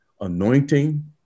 anointing